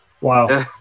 wow